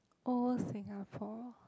old Singapore